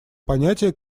понятия